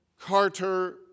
Carter